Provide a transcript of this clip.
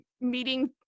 meeting